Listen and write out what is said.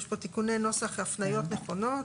יש פה תיקוני נוסח והפניות נכונות,